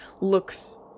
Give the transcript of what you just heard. looks